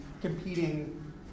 competing